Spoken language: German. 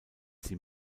sie